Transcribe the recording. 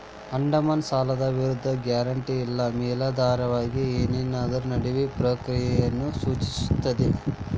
ಅಡಮಾನ ಸಾಲದ ವಿರುದ್ಧ ಗ್ಯಾರಂಟಿ ಇಲ್ಲಾ ಮೇಲಾಧಾರವಾಗಿ ಏನನ್ನಾದ್ರು ನೇಡುವ ಪ್ರಕ್ರಿಯೆಯನ್ನ ಸೂಚಿಸ್ತದ